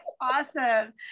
awesome